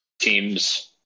Teams